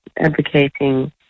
advocating